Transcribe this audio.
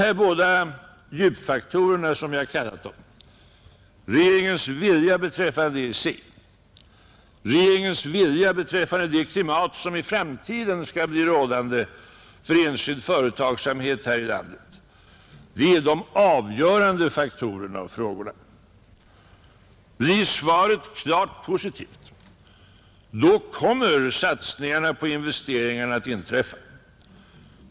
Dessa två djupfaktorer, som jag här kallat dem: regeringens vilja beträffande EEC, regeringens vilja beträffande det klimat som i framtiden skall bli rådande för enskild företagsamhet här i landet, det är de avgörande faktorerna och frågorna. Blir svaret klart positivt, då kommer satsningarna på investeringarna att inträffa.